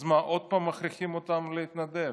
אז מה, עוד פעם מכריחים אותם להתנדב?